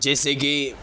جیسے کہ